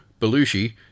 Belushi